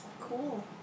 Cool